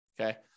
Okay